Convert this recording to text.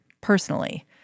personally